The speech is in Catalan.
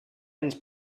ens